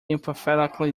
emphatically